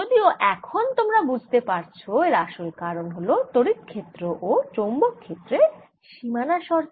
যদিও এখন তোমরা বুঝতে পারছ যে এর আসল কারণ হল তড়িৎ ক্ষেত্র ও চৌম্বক ক্ষেত্রের সীমানা শর্ত